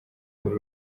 muri